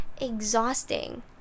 exhausting